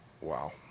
Wow